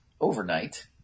Overnight